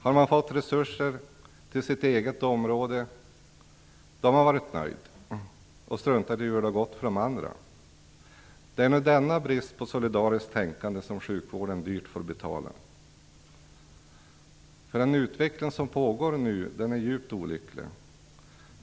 Har man fått resurser till sitt eget område, har man varit nöjd och struntat i hur det har gått för de andra. Det är denna brist på solidariskt tänkande som sjukvården nu dyrt får betala. Den utveckling som nu pågår är djupt olycklig.